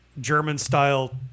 German-style